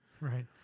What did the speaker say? Right